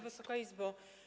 Wysoka Izbo!